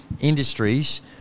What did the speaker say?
industries